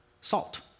salt